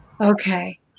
okay